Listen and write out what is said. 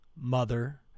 mother